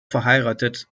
verheiratet